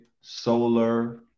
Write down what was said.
solar